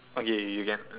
okay you can